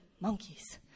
monkeys